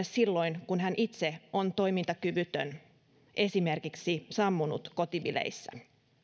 silloin kun hän itse on toimintakyvytön esimerkiksi sammunut kotibileissä